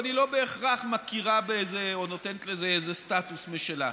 אבל היא לא בהכרח מכירה בזה או נותנת לזה איזה סטטוס משלה.